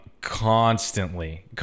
constantly